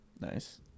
Nice